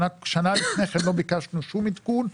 שנה לפני כן לא ביקשנו שום עדכון,